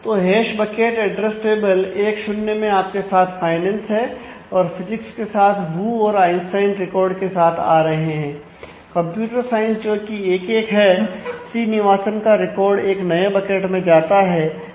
तो hash bucket address table 1 0 मैं आपके पास फाइनेंस हैं और फिजिक्स के साथ वू और आइंस्टाइन रिकॉर्ड के साथ आ रहे हैं कंप्यूटर साइंस जो कि 1 1 हैं श्रीनिवासन का रिकॉर्ड एक नए बकेट में जाता है जोकि 1 1 हैं